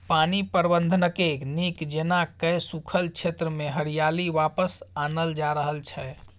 पानि प्रबंधनकेँ नीक जेना कए सूखल क्षेत्रमे हरियाली वापस आनल जा रहल छै